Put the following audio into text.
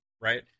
right